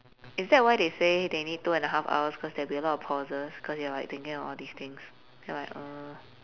is that why they say they need two and a half hours cause there'll be a lot of pauses cause you're like thinking about all these things then like uh